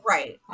Right